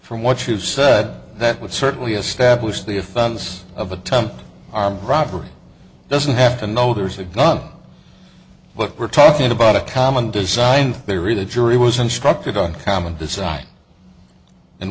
from what you said that would certainly establish the offense of attempted armed robbery doesn't have to know there's a gun but we're talking about a common design theory the jury was instructed on common design and